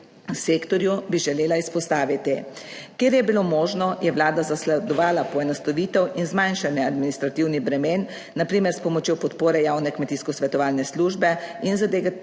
sektorju, bi želela izpostaviti; kjer je bilo možno, je Vlada zasledovala poenostavitev in zmanjšanje administrativnih bremen, na primer s pomočjo podpore javne kmetijsko svetovalne službe in z digitalizacijo